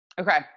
Okay